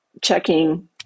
checking